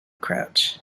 crouch